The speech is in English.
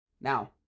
Now